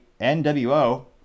NWO